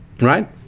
Right